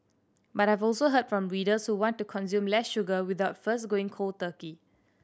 but I have also heard from readers who want to consume less sugar without first going cold turkey